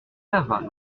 laval